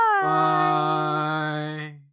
Bye